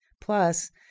Plus